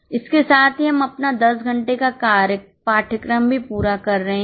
इसके साथ ही हम अपना 10 घंटे का पाठ्यक्रम भी पूरा कर रहे हैं